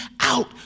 out